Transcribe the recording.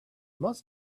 must